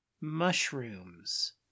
mushrooms